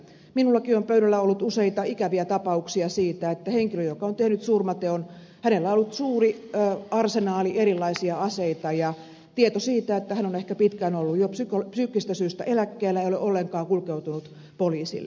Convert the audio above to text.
minullakin on pöydälläni ollut useita ikäviä tapauksia siitä että henkilöllä joka on tehnyt surmateon on ollut suuri arsenaali erilaisia aseita ja tieto siitä että hän on ehkä pitkään ollut jo psyykkisistä syistä eläkkeellä ei ole ollenkaan kulkeutunut poliisille